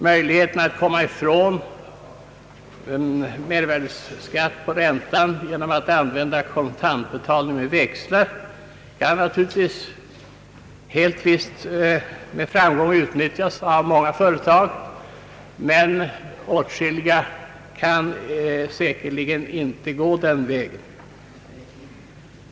Möjligheterna att komma ifrån mervärdeskatt på räntan genom att använda kontantbetalning med växlar kan helt visst med framgång utnyttjas av många företag, men åtskilliga kan säkerligen inte gå den vägen.